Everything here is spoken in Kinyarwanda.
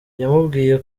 yamubwiye